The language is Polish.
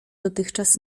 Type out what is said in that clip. dotychczas